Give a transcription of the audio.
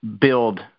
build